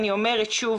אני אומרת שוב,